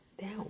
down